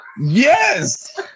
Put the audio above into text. Yes